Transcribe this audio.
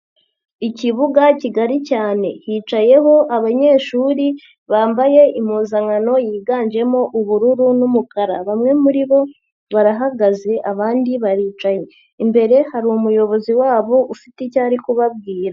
Ikibuga kigari cyane hicayeho abanyeshuri bambaye impuzankano yiganjemo ubururu n'umukara, bamwe muri bo barahagaze abandi baricaye, imbere hari umuyobozi wabo ufite icyo ari kubabwira.